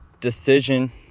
decision